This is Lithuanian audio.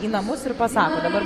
į namus ir pasako dabar